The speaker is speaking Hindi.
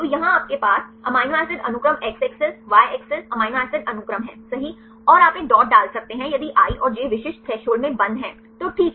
तो यहाँ आपके पास एमिनो एसिड अनुक्रम x अक्ष y अक्ष एमिनो एसिड अनुक्रम है सही और आप एक डॉट डाल सकते हैं यदि i और j विशिष्ट थ्रेसहोल्ड में बंद हैं तो ठीक है